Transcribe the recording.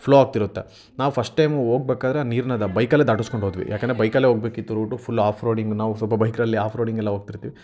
flow ಆಗ್ತಿರುತ್ತೆ ನಾವು first time ಹೋಗ್ಬೇಕಾದ್ರೆ ನೀರ್ನ ಅದು ಬೈಕಲ್ಲೇ ದಾಟುಸ್ಕೊಂಡು ಹೋದ್ವಿ ಯಾಕೆಂದರೆ ಬೈಕಲ್ಲೇ ಹೋಗಬೇಕಿತ್ತು ರೂಟು ಫುಲ್ ಆಫ್ರೋಡಿಂಗ್ ನಾವು ಸ್ವಲ್ಪ ಬೈಕ್ರಲ್ಲೆ ಆಫ್ರೋಡಿಂಗ್ ಎಲ್ಲ ಹೋಗ್ತಿರ್ತೀವಿ